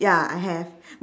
ya I have